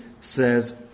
says